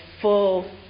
full